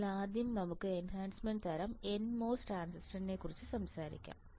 അതിനാൽ ആദ്യം നമുക്ക് എൻഹാൻസ്മെൻറ് തരം N മോസ് ട്രാൻസിസ്റ്ററിനെക്കുറിച്ച് സംസാരിക്കാം